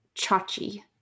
Chachi